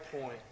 point